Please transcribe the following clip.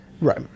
Right